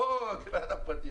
לא כבן אדם פרטי,